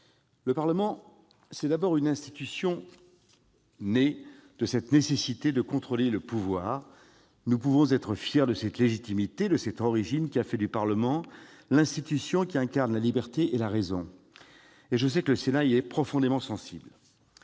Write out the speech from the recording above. Le Parlement, c'est d'abord une institution née de cette nécessité de contrôler le pouvoir. Nous pouvons être fiers de cette légitimité, de cette origine qui a fait du Parlement l'institution incarnant la liberté et la raison. Je sais que le Sénat y est profondément sensible.